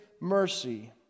mercy